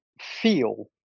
feel